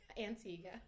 Antigua